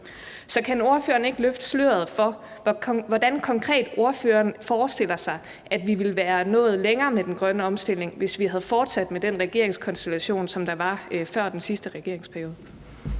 Så kan ordføreren ikke løfte sløret for, hvordan ordføreren konkret forestiller sig at vi ville være nået længere med den grønne omstilling, hvis vi var fortsat med den regeringskonstellation, som var der i den sidste regeringsperiode?